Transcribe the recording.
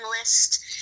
list